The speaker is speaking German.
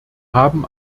haben